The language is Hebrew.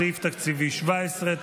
סעיף תקציבי 17,